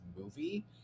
movie